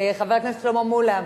חבר הכנסת שלמה מולה?